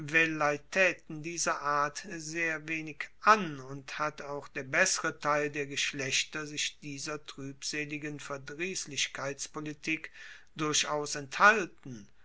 velleitaeten dieser art sehr wenig an und hat auch der bessere teil der geschlechter sich dieser truebseligen verdriesslichkeitspolitik durchaus enthalten